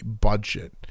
budget